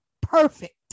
perfect